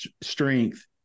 strength